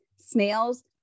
snails